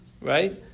Right